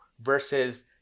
versus